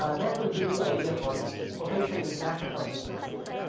that will give you idea for the potential interactors of these proteins.